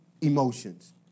emotions